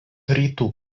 rytų